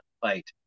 fight